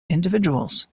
individuals